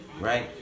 Right